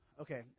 Okay